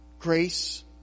Grace